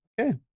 Okay